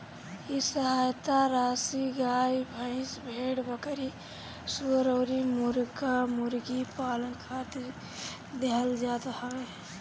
इ सहायता राशी गाई, भईस, भेड़, बकरी, सूअर अउरी मुर्गा मुर्गी पालन खातिर देहल जात हवे